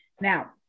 Now